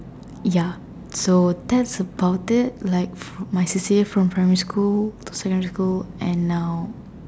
ya so that's about it like my C_C_A from primary school secondary school and now